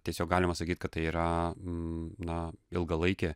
tiesiog galima sakyt kad tai yra na ilgalaikė